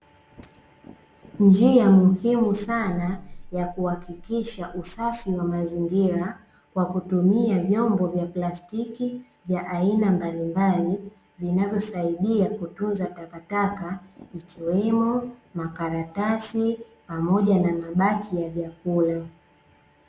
Njia muhimu sana ya kuhakikisha usafi wa mazingira kwa kutumia vyombo vya plastiki vya aina mbalimbali vinavyosaidia kutunza takataka ikiwemo makaratasi pamoja na mabaki ya vyakula.